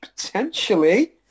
potentially